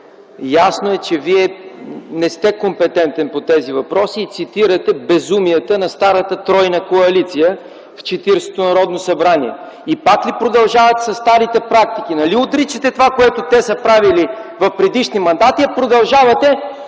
Ясно е, че Вие не сте компетентен по тези въпроси и цитирате безумията на старата тройна коалиция в Четиридесетото Народно събрание. И пак ли продължавате със старите практики? Нали отричате това, което те са правили в предишни мандати, а продължавате